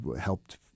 helped